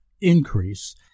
Increase